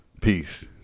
Peace